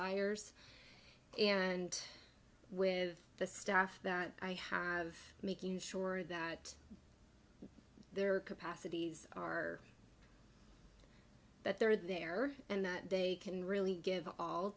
desires and with the staff that i have making sure that their capacities are that they're there and that they can really give all